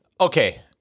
Okay